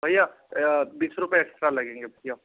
भैया बीस रुपये एक्सट्रा लेगेंगे भैया